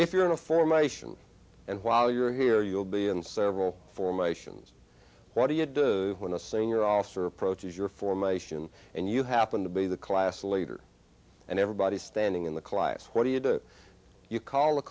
if you're in a formation and while you're here you'll be in several formations what do you do when a singer officer approaches your formation and you happen to be the class later and everybody standing in the class what do you do you call a